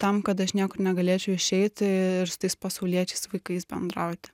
tam kad aš niekur negalėčiau išeiti ir su tais pasauliečiais vaikais bendrauti